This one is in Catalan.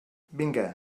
vinga